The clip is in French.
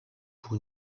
pour